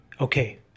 Okay